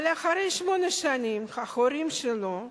אבל אחרי שמונה שנים ההורים שלו,